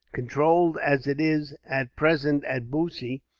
controlled as it is at present at bussy,